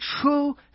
true